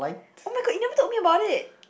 [oh]-my-god you never told me about it